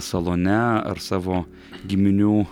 salone ar savo giminių